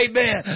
Amen